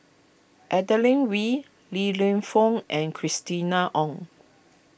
Adeline Ooi Li Lienfung and Christina Ong